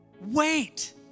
wait